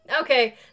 Okay